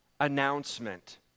announcement